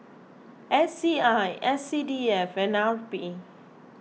S C I S C D F and R P